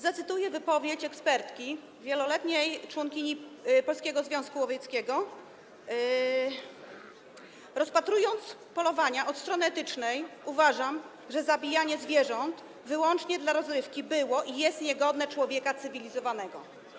Zacytuję wypowiedź ekspertki, wieloletniej członkini Polskiego Związku Łowieckiego: Rozpatrując polowania od strony etycznej, uważam, że zabijanie zwierząt wyłącznie dla rozrywki było i jest niegodne człowieka cywilizowanego.